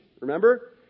Remember